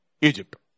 Egypt